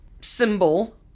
symbol